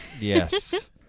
Yes